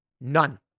None